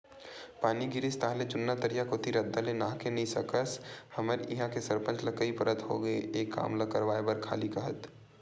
पानी गिरिस ताहले जुन्ना तरिया कोती रद्दा ले नाहके नइ सकस हमर इहां के सरपंच ल कई परत के होगे ए काम ल करवाय बर खाली काहत